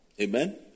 Amen